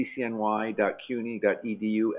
ccny.cuny.edu